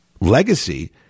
legacy